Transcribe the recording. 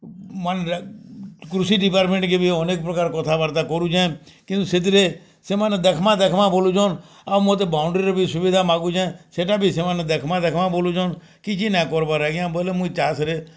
ମନରେ କୃଷି ଡିପାର୍ଟ୍ମେଣ୍ଟ୍କେ ଭି ଅନେକ୍ ପ୍ରକାର୍ କଥାବାର୍ତ୍ତା କରୁଚେଁ କିନ୍ତୁ ସେଥିରେ ସେମାନେ ଦେଖ୍ମା ଦେଖ୍ମା ବୋଲୁଚନ୍ ଆଉ ମତେ ବଉଣ୍ଡରୀର ଭି ସୁବିଧା ମାଗୁଚେଁ ସେଟା ବି ସେମାନେ ଦେଖ୍ମା ଦେଖ୍ମା ବୋଲୁଚନ୍ କିଛି ନାଇଁ କର୍ବାର ଆଜ୍ଞା ବେଲେ ମୁଇଁ ଚାଷ୍ରେ